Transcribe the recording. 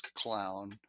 clown